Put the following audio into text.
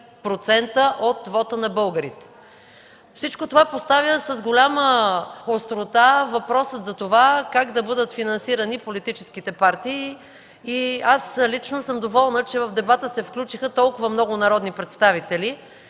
от вота на българите. Всичко това поставя с голяма острота въпроса: как да бъдат финансирани политическите партии? Аз лично съм доволна, че в дебата се включиха толкова много народни представители.